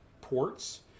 ports